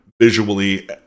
visually